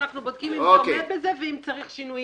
אנחנו בודקים אם הן עומדות בזה ואם צריך שינויים.